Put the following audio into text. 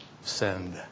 send